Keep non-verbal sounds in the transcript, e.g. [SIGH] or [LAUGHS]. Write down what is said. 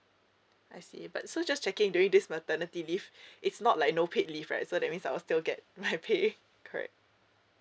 I see but so just checking during this maternity leave it's not like no paid leave right so that means I will still get my [LAUGHS] pay correct